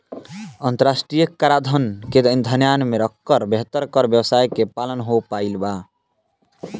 अंतरराष्ट्रीय कराधान के ध्यान में रखकर बेहतर कर व्यावस्था के पालन हो पाईल